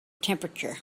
temperature